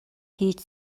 хийж